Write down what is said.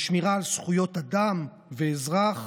בשמירה על זכויות אדם ואזרח,